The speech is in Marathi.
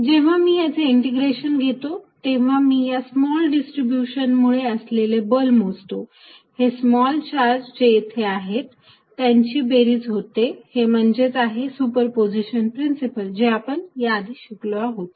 जेव्हा मी याचे इंटिग्रेशन घेतो जेव्हा मी या स्मॉल डिस्ट्रीब्यूशन मुळे असलेले बल मोजतो हे स्मॉल चार्ज जे येथे आहेत त्यांची बेरीज होते हे म्हणजेच आहे सुपरपोझिशन प्रिन्सिपल जे की आपण याआधी शिकलो आहोत